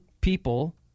people